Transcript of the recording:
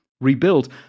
rebuilt